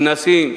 כנסים,